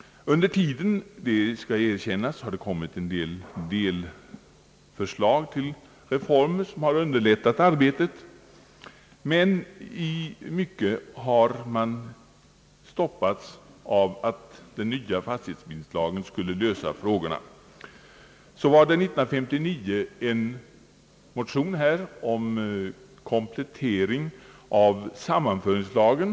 Under tiden — det skall erkännas — har det kommit några delförslag till reformer, som har underlättat arbetet. Men i stor utsträckning har man stoppats med argumentet att den nya fastighetsbildningslagen skulle lösa frågorna. År 1959 väcktes en motion om komplettering av sammanföringslagen.